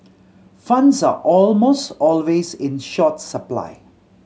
funds are almost always in short supply